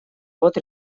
вот